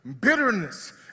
bitterness